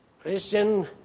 Christian